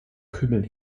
kümmel